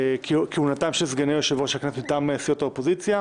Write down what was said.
כהונתם של סגני יושב-ראש הכנסת מטעם סיעות האופוזיציה,